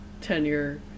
tenure